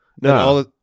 No